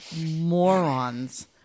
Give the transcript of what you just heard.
morons